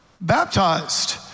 baptized